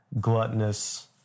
gluttonous